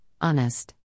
Honest